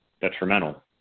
detrimental